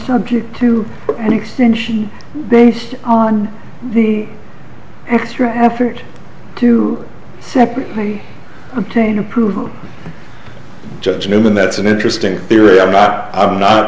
subject to an extension based on the and threatened effort to separately contain approval judge newman that's an interesting theory i'm not i'm not